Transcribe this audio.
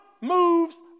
moves